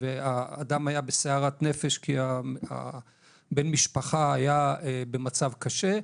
והאדם היה בסערת נפש כי בן משפחה היה במצב קשה,